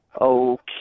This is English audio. Okay